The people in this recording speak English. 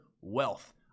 wealth